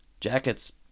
Jackets